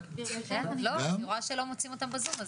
כנראה שלא מוצאים אותה בזום.